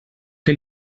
que